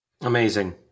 Amazing